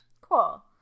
cool